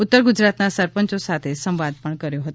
ઉત્તર ગુજરાતના સરપંચો સાથે સંવાદ પણ કર્યો હતો